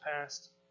past